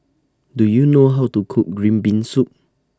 Do YOU know How to Cook Green Bean Soup